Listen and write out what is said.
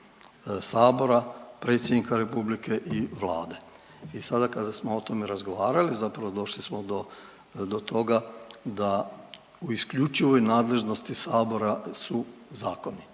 Sabora, predsjednika Republike i Vlade. I sada kada smo o tome razgovarali zapravo došli smo do toga da u isključivoj nadležnosti Sabora su zakoni,